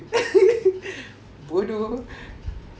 bodoh apa